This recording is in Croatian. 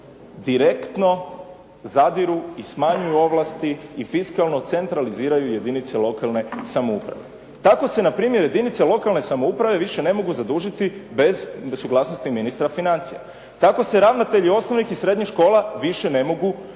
direktno zadiru i smanjuju ovlasti i fiskalno centraliziraju jedinice lokalne samouprave. Tako se npr. jedinice lokalne samouprave više ne mogu zadužiti bez suglasnosti ministra financija. Tako se ravnatelji osnovnih i srednjih škola više ne mogu imenovati